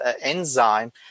enzyme